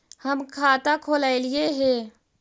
हम खाता खोलैलिये हे?